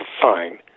Fine